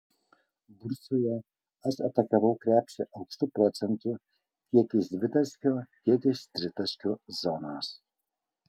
bursoje aš atakavau krepšį aukštu procentu tiek iš dvitaškio tiek iš tritaškio zonos